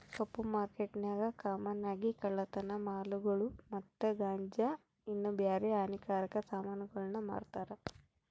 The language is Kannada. ಕಪ್ಪು ಮಾರ್ಕೆಟ್ನಾಗ ಕಾಮನ್ ಆಗಿ ಕಳ್ಳತನ ಮಾಲುಗುಳು ಮತ್ತೆ ಗಾಂಜಾ ಇನ್ನ ಬ್ಯಾರೆ ಹಾನಿಕಾರಕ ಸಾಮಾನುಗುಳ್ನ ಮಾರ್ತಾರ